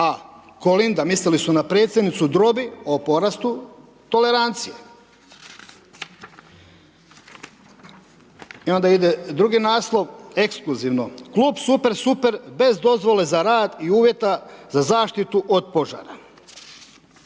a Kolinda – mislili su na predsjednicu – drobi o porastu tolerancije“. Onda ide drugi naslov: „Exkluzivno – Klub super, super bez dozvole za rad i uvjeta za zaštitu od požara“.